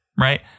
Right